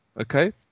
Okay